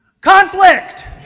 Conflict